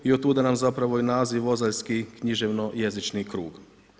I od tuda nam zapravo i naziv ozaljski književno jezični krug.